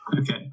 okay